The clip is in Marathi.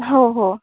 हो हो